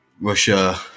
Russia